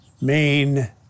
main